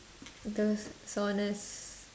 the soreness